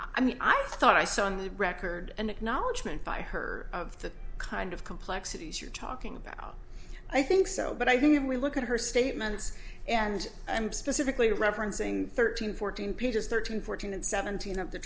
i mean i thought i saw on the record an acknowledgement by her of the kind of complexities you're talking about i think so but i think if we look at her statements and specifically referencing thirteen fourteen peter's thirteen fourteen and seventeen of the